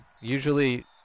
usually